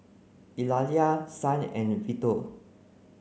Eulalia Son and Vito